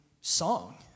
song